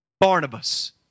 Barnabas